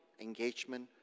engagement